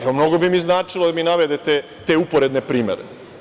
Evo, mnogo bi mi značilo da mi navedete te uporedne primere.